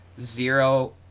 zero